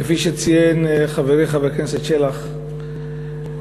כפי שציין חברי חבר הכנסת שלח,